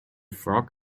frog